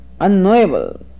unknowable